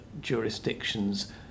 jurisdictions